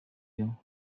you